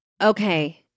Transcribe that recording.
okay